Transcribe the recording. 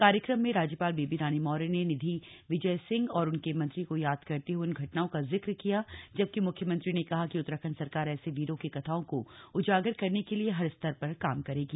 कार्यक्रम में राज्यपाल बेबी रानी मौर्य ने निधि विजय सिंह और उनके मंत्री को याद करते हुए उन घटनाओं का जिक्र किया जबकि मुख्यमंत्री ने कहा कि उत्तराखंड सरकार ऐसे वीरों की कथाओं को उजागर करने के लिए हर स्तर पर काम करेगी